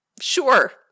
sure